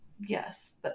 Yes